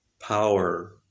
power